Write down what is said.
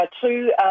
Two